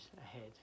ahead